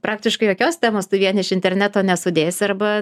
praktiškai jokios temos tu vien iš interneto nesudėsi arba